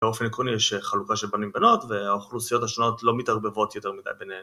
באופן עקרוני יש חלוקה של בנים בנות והאוכלוסיות השונות לא מתערבבות יותר מדי ביניהן